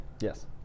Yes